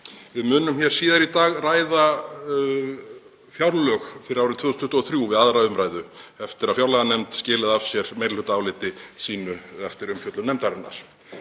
Við munum síðar í dag ræða um fjárlög fyrir árið 2023 við 2. umr. eftir að fjárlaganefnd skilaði af sér meirihlutaáliti sínu eftir umfjöllun nefndarinnar.